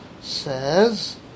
says